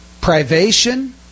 privation